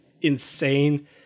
insane